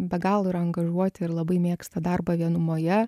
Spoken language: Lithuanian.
be galo yra angažuoti ir labai mėgsta darbą vienumoje